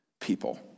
people